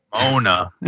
Mona